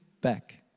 back